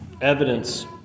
evidence